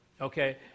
Okay